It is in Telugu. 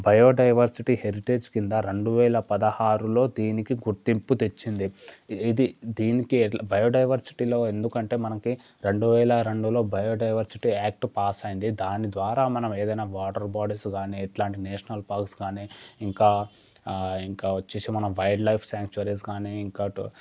బయోడైవర్సిటీ హెరిటేజ్ క్రింద రెండు వేల పదహారులో దీనికి గుర్తింపు తెచ్చింది ఇది దీనికి ఎట్ల బయోడైవర్సిటీలో ఎందుకంటే మనకి రెండు వేల రెండులో బయోడైవర్సిటీ యాక్ట్ పాస్ అయింది దాని ద్వారా మనం ఏదైనా వాటర్ బాడీస్ కానీ ఇట్లాంటి నేషనల్ పల్స్ కానీ ఇంకా ఇంకా వచ్చేసి మనం వైల్డ్ లైఫ్ సాంచ్యుయరీస్ కాని ఇంకా అటు